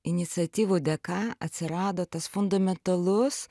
iniciatyvų dėka atsirado tas fundamentalus